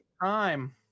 time